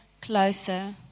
closer